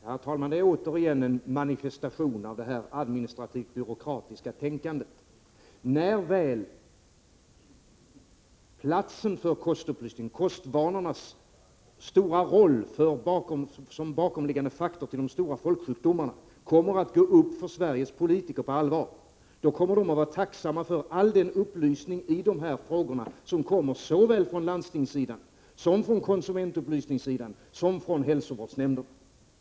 Herr talman! Återigen en manifestation av det administrativt byråkratiska tänkandet! När väl kostvanornas stora roll som bakomliggande faktor till de stora folksjukdomarna på allvar går upp för Sveriges politiker, kommer de att vara tacksamma för all den upplysning i dessa frågor som kommer såväl från landstingssidan, som från konsumentupplysningssidan som från hälsovårdsnämnderna.